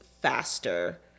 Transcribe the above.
faster